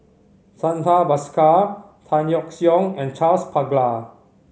Santha Bhaskar Tan Yeok Seong and Charles Paglar